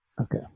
Okay